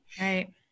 Right